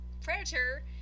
predator